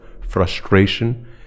frustration